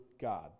God